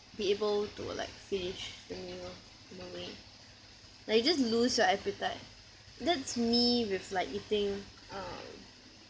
be able to like finish the meal in a way like you just lose your appetite that's me with like eating um